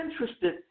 interested